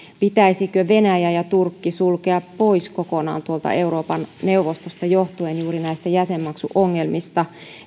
pitäisikö venäjä ja turkki sulkea pois kokonaan tuolta euroopan neuvostosta johtuen juuri näistä jäsenmaksuongelmista